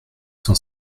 cent